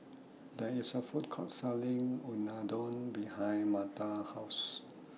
There IS A Food Court Selling Unadon behind Marta's House